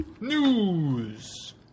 News